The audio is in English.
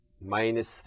minus